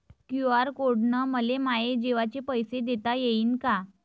QR code न मले माये जेवाचे पैसे देता येईन का?